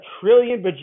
trillion